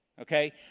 Okay